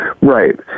Right